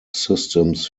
systems